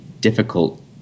difficult